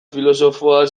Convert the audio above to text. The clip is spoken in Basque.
filosofoa